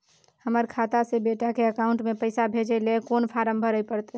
हमर खाता से बेटा के अकाउंट में पैसा भेजै ल कोन फारम भरै परतै?